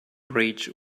bridge